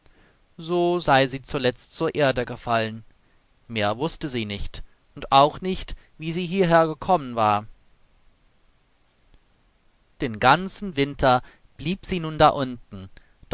so sei sie zuletzt zur erde gefallen mehr wußte sie nicht und auch nicht wie sie hierher gekommen war den ganzen winter blieb sie nun da unten